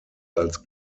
als